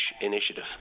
initiative